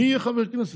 מי יהיה חבר כנסת?